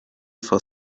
for